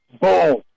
boom